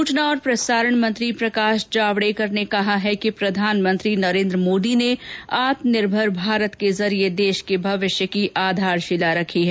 सूचना और प्रसारण मंत्री प्रकाश जावड़ेकर ने कहा है कि प्रधानमंत्री नरेन्द्र मोदी ने आत्मनिर्भर भारत के जरिये देश के भविष्य की आधारशिला रखी है